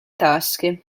tasche